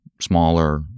smaller